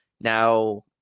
Now